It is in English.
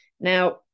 Now